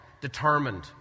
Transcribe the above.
Determined